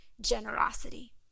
generosity